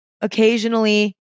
occasionally